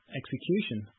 execution